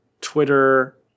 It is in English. Twitter